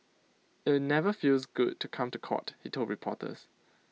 IT never feels good to come to court he told reporters